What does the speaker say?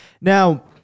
Now